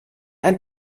ein